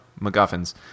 MacGuffins